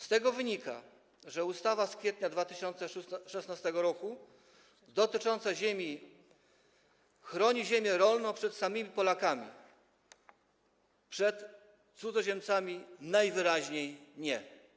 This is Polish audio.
Z tego wynika, że ustawa z kwietnia 2016 r. dotycząca ziemi chroni ziemię rolną przed samym Polakami, przed cudzoziemcami najwyraźniej nie.